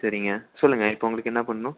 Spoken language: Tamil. சரிங்க சொல்லுங்கள் இப்போது உங்களுக்கு என்ன பண்ணணும்